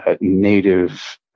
native